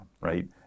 right